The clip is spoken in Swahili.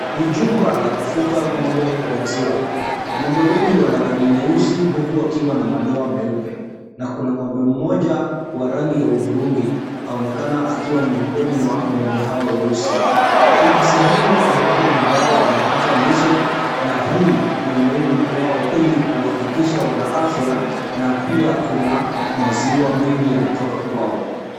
Ni jumba la kufuga ng'ombe wa maziwa . Ng'ombe wengi wana rangi nyeusi huku wakiwa na madoa meupe na Kuna ng'ombe mmoja wa rangi ya hudhurungi anaonekana akiwa miongoni mwa ng'ombe hawa weusi. Kuna sehemu ambapo ng'ombe hawa wanapata lishe na hii ni muhimu kwao ili kuhakikisha wana afya na pia kuna maziwa mengi yanatoka kwao.